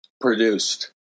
produced